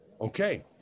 Okay